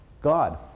God